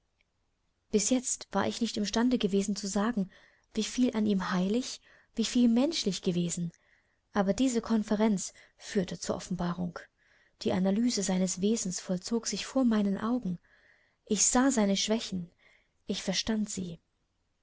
bis jetzt war ich nicht im stande gewesen zu sagen wieviel an ihm heilig wieviel menschlich gewesen aber diese konferenz führte zur offenbarung die analyse seines wesens vollzog sich vor meinen augen ich sah seine schwächen ich verstand sie